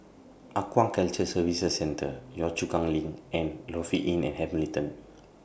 Aquaculture Services Centre Yio Chu Kang LINK and Lofi Inn At Hamilton